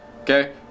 okay